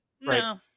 no